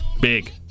big